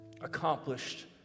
accomplished